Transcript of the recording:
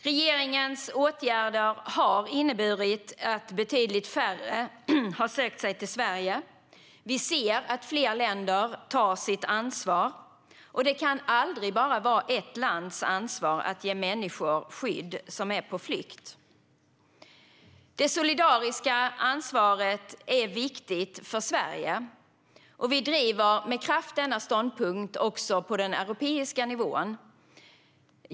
Regeringens åtgärder har inneburit att betydligt färre har sökt sig till Sverige. Vi ser att fler länder tar sitt ansvar. Det kan aldrig vara bara ett lands ansvar att ge människor som är på flykt skydd. Det solidariska ansvaret är viktigt för Sverige. Vi driver med kraft denna ståndpunkt också på den europeiska nivån.